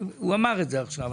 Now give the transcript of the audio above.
הוא אמר את זה עכשיו.